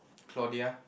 Claudia